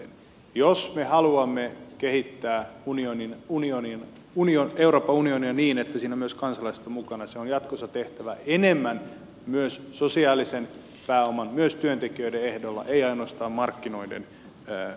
jos me haluamme kehittää euroopan unionia niin että siinä ovat myös kansalaiset mukana se on jatkossa tehtävä enemmän myös sosiaalisen pääoman myös työntekijöiden ehdoilla ei ainoastaan markkinoiden ehdoilla